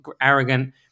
arrogant